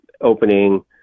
opening